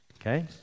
Okay